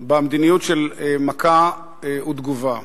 במדיניות של מכה ותגובה,